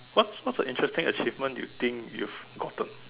what's what's a interesting achievement you think you've gotten